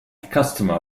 customer